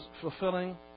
fulfilling